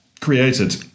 created